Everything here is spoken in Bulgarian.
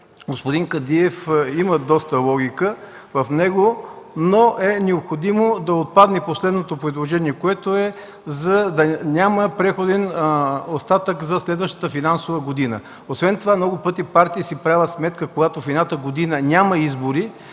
господин Кадиев има доста и логика, но е необходимо да отпадне последното предложение, което е да няма преходен остатък за следващата финансова година. Освен това много пъти партиите си правят сметка когато в едната година няма избори,